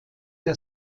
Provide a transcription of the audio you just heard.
der